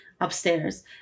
upstairs